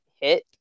hit